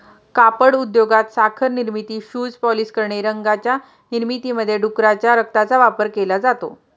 कापड उद्योगात, साखर निर्मिती, शूज पॉलिश करणे, रंगांच्या निर्मितीमध्ये डुकराच्या रक्ताचा वापर केला जातो